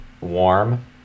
Warm